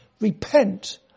repent